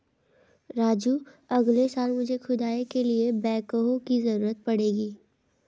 राजू अगले साल मुझे खुदाई के लिए बैकहो की जरूरत पड़ेगी